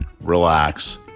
relax